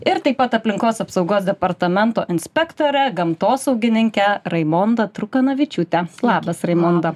ir taip pat aplinkos apsaugos departamento inspektore gamtosaugininke raimonda trukanavičiūte labas raimonda